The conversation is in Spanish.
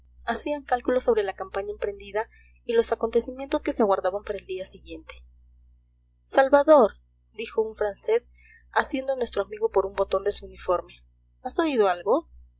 hacían cálculos sobre la campaña emprendida y los acontecimientos que se aguardaban para el día siguiente salvador dijo un francés asiendo a nuestro amigo por un botón de su uniforme has oído algo